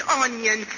onion